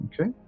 okay